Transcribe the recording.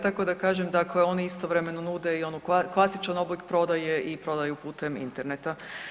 Tako da kažem dakle oni istovremeno nude i onaj klasičan oblik prodaje i prodaju putem interneta.